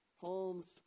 Homes